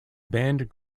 band